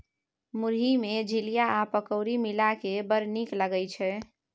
मुरही मे झिलिया आ पकौड़ी मिलाकए बड़ नीक लागय छै